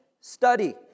study